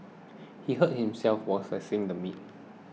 he hurt himself while slicing the meat